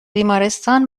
بیمارستان